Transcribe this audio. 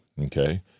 okay